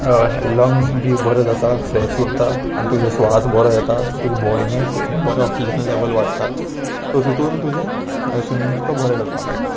lungs बी बरें जाता फ्रेश उरता आनी तुजो स्वास बरो येता तुज्या बॉडीनी बरें ऑक्सिजन लेवल वाडटा सो तितून तुजें स्विमींग तुका बरें करपाक मेळटा